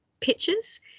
pictures